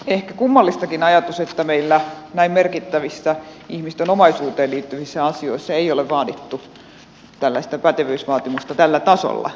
on ehkä kummallistakin että näin merkittävissä ihmisten omaisuuteen liittyvissä asioissa meillä ei ole vaadittu tällaista pätevyysvaatimusta tällä tasolla